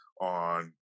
on